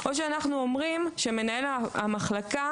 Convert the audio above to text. או שאנחנו אומרים שמנהל המחלקה